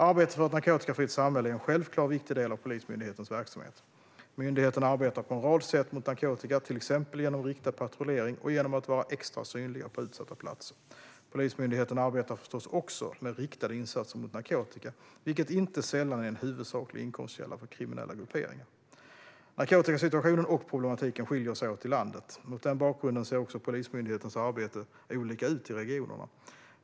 Arbetet för ett narkotikafritt samhälle är en självklar och viktig del av Polismyndighetens verksamhet. Myndigheten arbetar på en rad sätt mot narkotika, till exempel genom riktad patrullering och genom att vara extra synlig på utsatta platser. Polismyndigheten arbetar förstås också med riktade insatser mot narkotika, som inte sällan är en huvudsaklig inkomstkälla för kriminella grupperingar. Narkotikasituationen och problematiken skiljer sig åt i landet. Mot den bakgrunden ser också Polismyndighetens arbete olika ut i regionerna.